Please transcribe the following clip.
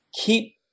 keep